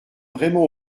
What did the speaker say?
vraiment